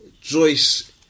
Joyce